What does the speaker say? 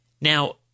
Now